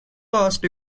lost